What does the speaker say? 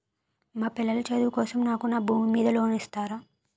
మా పిల్లల చదువు కోసం నాకు నా భూమి మీద లోన్ ఇస్తారా?